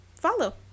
follow